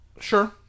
Sure